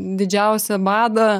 didžiausią badą